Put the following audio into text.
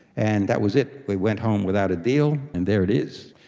and that was it, we went home without a deal, and there it is.